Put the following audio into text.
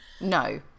No